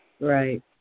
Right